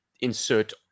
insert